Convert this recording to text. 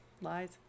Lies